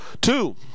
Two